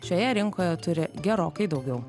šioje rinkoje turi gerokai daugiau